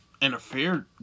interfered